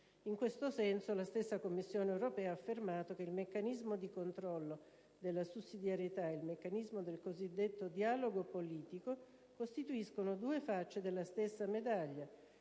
In questo senso, la stessa Commissione europea ha affermato che il meccanismo di controllo della sussidiarietà e quello del cosiddetto dialogo politico costituiscono due facce della stessa medaglia